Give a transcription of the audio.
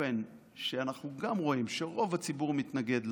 באופן שאנחנו גם רואים שרוב הציבור מתנגד לו,